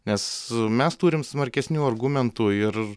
nes mes turime smarkesnių argumentų ir